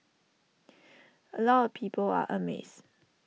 A lot of people are amazed